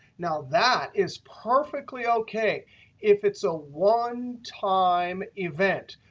now, that is perfectly ok if it's a one time event.